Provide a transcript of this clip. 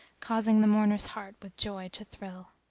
causing the mourner's heart with joy to thrill!